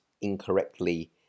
incorrectly